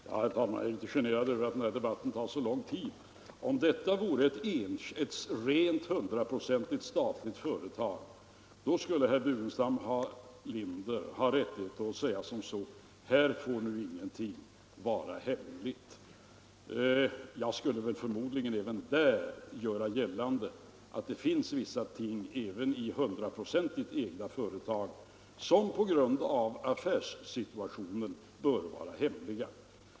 Herr talman! Jag är litet generad över att den här debatten tar så lång tid. Om det vore ett hundraprocentigt statligt företag skulle herr Burenstam Linder ha rättighet att säga att ingenting får vara hemligt. Men jag skulle förmodligen även där göra gällande att det finns vissa ting i hundraprocentigt statsägda företag som på grund av affärssituationen bör vara hemliga.